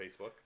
Facebook